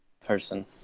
person